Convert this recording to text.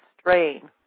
strain